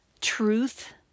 truth